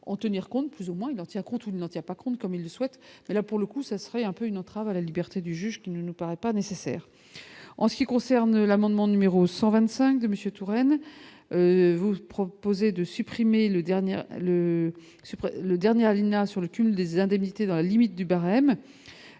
en tenir compte, plus ou moins il en tient compte, ou non, il y a pas compte, comme il le souhaite et là pour le coup, ça serait un peu une entrave à la liberté du juge qui ne nous paraît pas nécessaire en ce qui concerne l'amendement numéro 125 de Monsieur Touraine, vous proposez de supprimer le dernier le le dernier alinéa sur le cumul des indemnités dans la limite du barème,